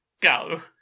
Go